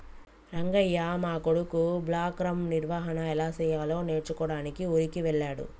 రంగయ్య మా కొడుకు బ్లాక్గ్రామ్ నిర్వహన ఎలా సెయ్యాలో నేర్చుకోడానికి ఊరికి వెళ్ళాడు